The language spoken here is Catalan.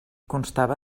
constava